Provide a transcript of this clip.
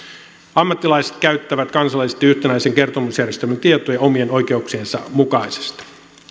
ammattilaiset käyttävät kansallisesti yhtenäisen kertomusjärjestelmän tietoja omien oikeuksiensa mukaisesti